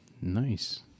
Nice